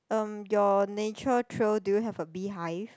um your nature trail do you have a beehive